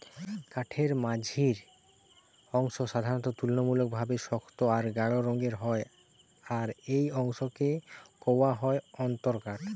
কাঠের মঝির অংশ সাধারণত তুলনামূলকভাবে শক্ত আর গাঢ় রঙের হয় আর এই অংশকে কওয়া হয় অন্তরকাঠ